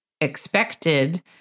expected